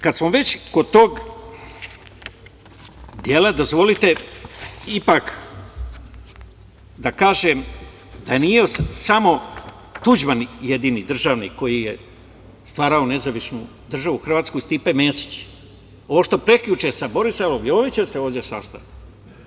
Kad smo već kod tog dela dozvolite ipak da kažem da nije samo Tuđman jedini državnik koji je stvarao nezavisnu državu Hrvatsku, Stipe Mesić, ovo što sam prekjuče sa Borisavom Jovićem se ovde sastajao.